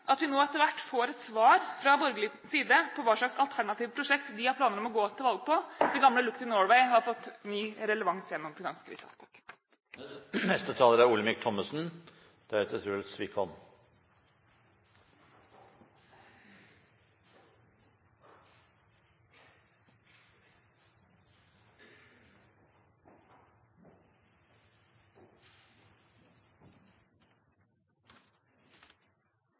at vi nå etter hvert får et svar fra borgerlig side på hva slags alternative prosjekt de har planer om å gå til valg på. Det gamle uttrykket «Look to Norway» har fått ny relevans gjennom finanskrisen. Svært mange av Arbeiderpartiets talere har brukt Hellas som inngang til sin beskrivelse av den økonomiske politikken. Det er